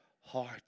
heart